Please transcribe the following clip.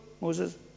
Moses